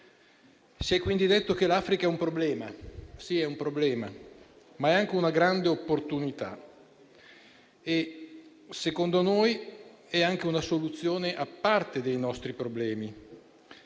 Si è quindi detto che l'Africa è un problema. Sì, lo è, ma è anche una grande opportunità e secondo noi è anche una soluzione a parte dei nostri problemi.